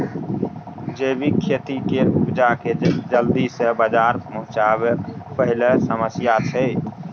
जैबिक खेती केर उपजा केँ जल्दी सँ बजार पहुँचाएब पहिल समस्या छै